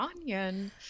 Onion